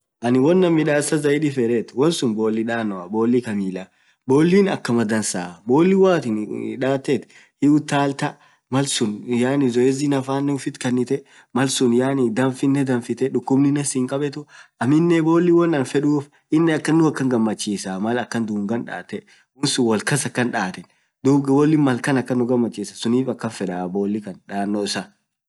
annin woan annin midasaa zaidii feed bolli danoa bolli milla, bollin akkama dansaa hiutaltaa, danfitee dukubnin sihinkabetuu zoezi naffa uffit kanitee, aminen woan aninn akaan fedduf inama gamachisaa maal akaan dungann daat woansun woalkass akan daaten suunif akaan fedaa.